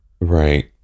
Right